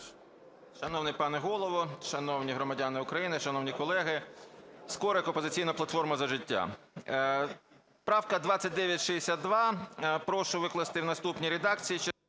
Шановний пане Голово, шановні громадяни України, шановні колеги! Скорик, "Опозиційна платформа - За життя". Правка 2962. Прошу викласти в наступній редакції: